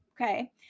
okay